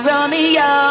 Romeo